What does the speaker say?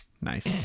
nice